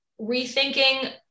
rethinking